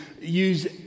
use